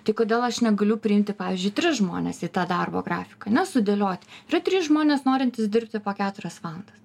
tai kodėl aš negaliu priimti pavyzdžiui tris žmones į tą darbo grafiką ne sudėlioti yra trys žmonės norintys dirbti po keturias valandas